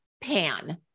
pan